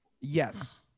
Yes